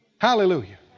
Hallelujah